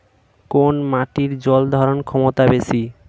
কোন মাটির জল ধারণ ক্ষমতা বেশি?